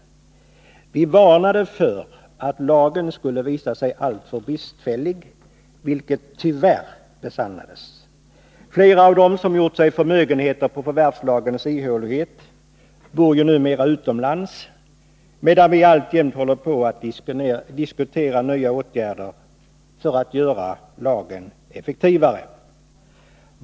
Vi varnade för att lagen skulle visa sig alltför bristfällig, vilket tyvärr besannades. Flera av dem som gjort sig förmögenheter på förvärvslagens ihålighet bor ju numera utomlands, medan vi alltjämt håller påatt diskutera nya åtgärder för att göra lagen effektivare.